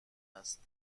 است